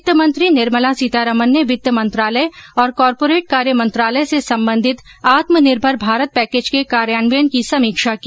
वित्तमंत्री निर्मला सीतारमण ने वित्त मंत्रालय और कॉरपोरेट कार्य मंत्रालय से संबंधित आत्मनिर्भर भारत पैकेज के कार्यान्वयन की समीक्षा की